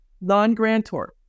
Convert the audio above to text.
non-grantor